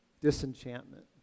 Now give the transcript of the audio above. disenchantment